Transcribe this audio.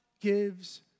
gives